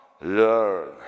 learn